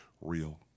real